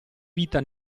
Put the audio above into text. vita